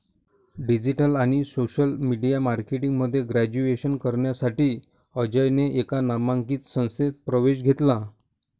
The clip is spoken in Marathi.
डिजिटल आणि सोशल मीडिया मार्केटिंग मध्ये ग्रॅज्युएशन करण्यासाठी अजयने एका नामांकित संस्थेत प्रवेश घेतला